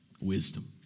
wisdom